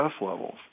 levels